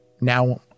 Now